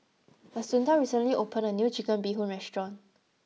Assunta recently opened a new Chicken Bee Hoon restaurant